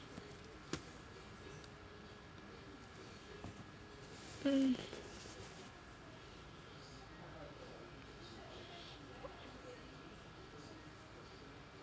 um